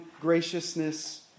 graciousness